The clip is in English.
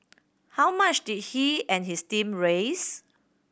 how much did he and his team raise